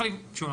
שוב,